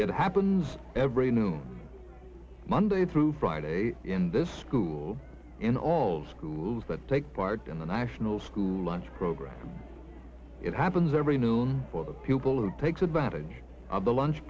it happens every new monday through friday in this school in all schools that take part in the national school lunch program it happens every noon or pupil who takes advantage of the lunch